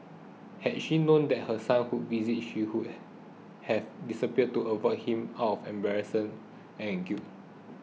had she known that her son would visit she who have disappeared to avoid him out of embarrassment and guilt